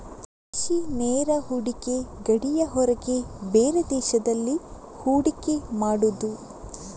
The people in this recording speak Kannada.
ವಿದೇಶಿ ನೇರ ಹೂಡಿಕೆ ಗಡಿಯ ಹೊರಗೆ ಬೇರೆ ದೇಶದಲ್ಲಿ ಹೂಡಿಕೆ ಮಾಡುದು